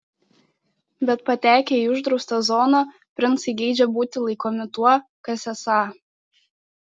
bet patekę į uždraustą zoną princai geidžia būti laikomi tuo kas esą